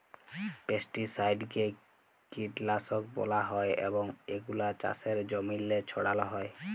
পেস্টিসাইডকে কীটলাসক ব্যলা হ্যয় এবং এগুলা চাষের জমিল্লে ছড়াল হ্যয়